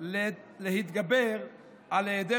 להתגבר על היעדר